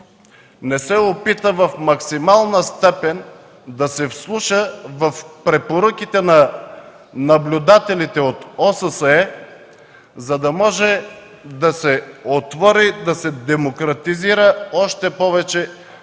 да се вслуша в максимална степен в препоръките на наблюдателите от ОССЕ, за да може да се отвори и да се демократизира още повече